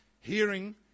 hearing